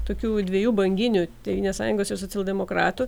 tokių dviejų banginių tėvynės sąjungos ir socialdemokratų